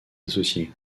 associées